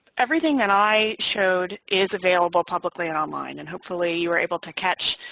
everything that i showed is available publicly and online and hopefully you were able to catch